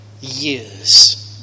years